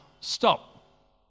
stop